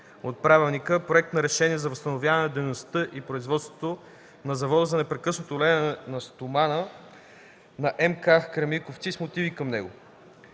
събрание, Проект на решение за възстановяване на дейността и производството на завода за непрекъснато леене на стомана при МК „Кремиковци” с мотиви към него.